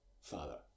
father